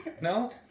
no